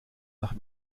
nach